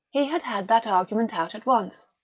he had had that argument out at once.